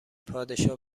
پادشاه